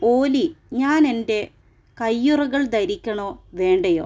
ഓലി ഞാൻ എൻ്റെ കൈയ്യുറകൾ ധരിക്കണോ വേണ്ടയോ